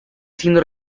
haciendo